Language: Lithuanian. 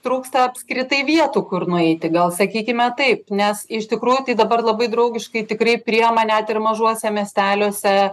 trūksta apskritai vietų kur nueiti gal sakykime taip nes iš tikrųjų tai dabar labai draugiškai tikrai priima net ir mažuose miesteliuose